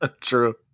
True